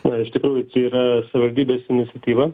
na ištikrųjų čia yra savivaldybės iniciatyva